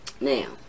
now